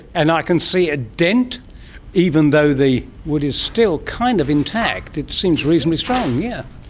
and i can see a dent even though the wood is still kind of intact, it seems reasonably strong, yeah